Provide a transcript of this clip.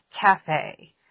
Cafe